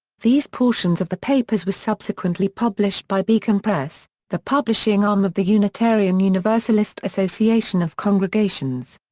these portions of the papers were subsequently published by beacon press, the publishing arm of the unitarian universalist association of congregations.